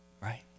right